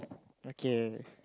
okay